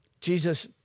Jesus